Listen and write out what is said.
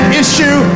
issue